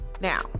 now